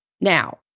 Now